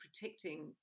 protecting